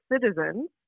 citizens